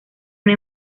una